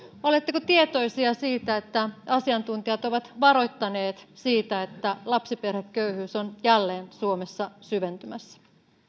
oletteko tietoisia siitä että asiantuntijat ovat varoittaneet siitä että lapsiperheköyhyys on jälleen suomessa syventymässä